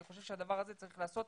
אני חושב שהדבר הזה צריך להיעשות